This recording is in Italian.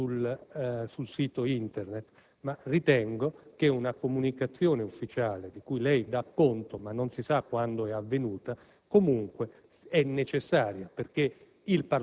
sul sito Internet, ma ritengo che una comunicazione ufficiale, di cui lei dà conto, ma non si sa quando è avvenuta, sia comunque necessaria perché